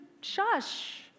shush